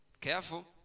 Careful